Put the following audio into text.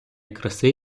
краси